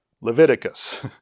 Leviticus